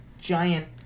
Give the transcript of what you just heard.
giant